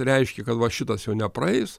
reiškia kad va šitas jau nepraeis